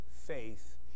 faith